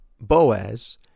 Boaz